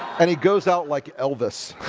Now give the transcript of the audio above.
and he goes out like elvis